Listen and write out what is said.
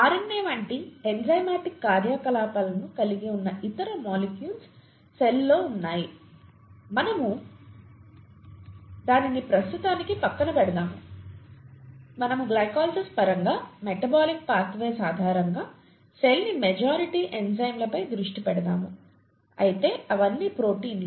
RNA వంటి enzymatic కార్యకలాపాలను కలిగి ఉన్న ఇతర మాలిక్యూల్స్ సెల్లో ఉన్నాయి మనము దానిని ప్రస్తుతానికి పక్కన పెడదాము మనము గ్లైకోలిసిస్ పరంగా మెటబోలిక్ పాత్ వేస్ ఆధారంగా సెల్ ని మెజారిటీ ఎంజైమ్లపై దృష్టి పెడదాము అయితే అవి అన్నీ ప్రోటీన్లు